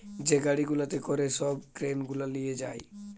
যে গাড়ি গুলাতে করে সব গ্রেন গুলা লিয়ে যায়